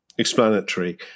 explanatory